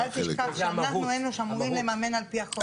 ואל תשכח שאנחנו אלה שאמורים לממן על פי החוק.